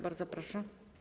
Bardzo proszę.